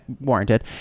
warranted